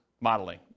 modeling